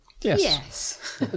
Yes